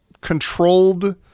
controlled